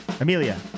Amelia